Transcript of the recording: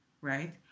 right